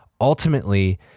ultimately